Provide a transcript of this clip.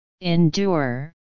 endure